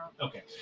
Okay